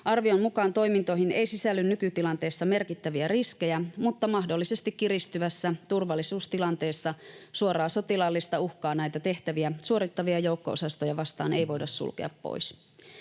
Arvion mukaan toimintoihin ei sisälly nykytilanteessa merkittäviä riskejä, mutta mahdollisesti kiristyvässä turvallisuustilanteessa ei voida sulkea pois suoraa sotilaallista uhkaa näitä tehtäviä suorittavia joukko-osastoja vastaan. Itämeren alueen